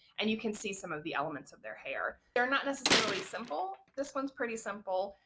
and you can see some of the elements of their hair they're not necessarily simple this one's pretty simple,